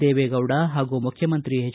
ದೇವೇಗೌಡ ಹಾಗೂ ಮುಖ್ಯಮಂತ್ರಿ ಎಚ್